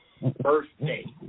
birthday